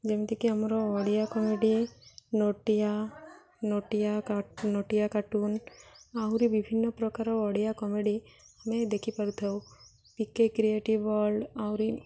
ଯେମିତିକି ଆମର ଓଡ଼ିଆ କମେଡ଼ି ନଟିଆ ନଟିଆ ନଟିଆ କାର୍ଟୁନ୍ ଆହୁରି ବିଭିନ୍ନ ପ୍ରକାର ଓଡ଼ିଆ କମେଡ଼ି ଆମେ ଦେଖିପାରୁ ଥାଉ ପି କେ କ୍ରିଏଟିଭ୍ ୱାର୍ଲ୍ଡ ଆହୁରି